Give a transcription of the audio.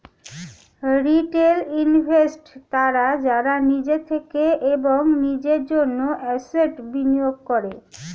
retail investors তারা যারা নিজের থেকে এবং নিজের জন্য অ্যাসেট্স্ বিনিয়োগ করে